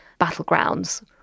battlegrounds